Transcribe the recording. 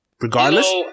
regardless